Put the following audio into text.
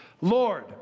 Lord